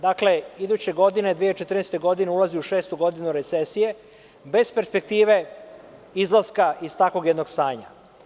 Dakle, iduće godine, 2014. godine, ulazi u šestu godinu recesije, bez perspektive izlaska iz takvog jednog stanja.